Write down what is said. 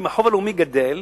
אם החוב הלאומי גדל,